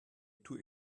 too